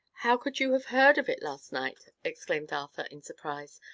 how could you have heard of it last night? exclaimed arthur, in surprise.